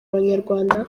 abanyarwanda